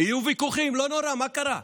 יהיו ויכוחים, לא נורא, מה קרה?